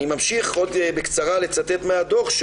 אני ממשיך בקצרה לצטט מהדוח: